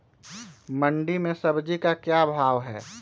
मंडी में सब्जी का क्या भाव हैँ?